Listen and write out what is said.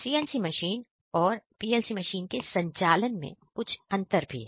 CNC machine और PLC machine के संचालन में कुछ अंतर भी है